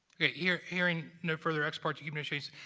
yeah hearing no further ex parte communications,